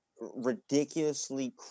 ridiculously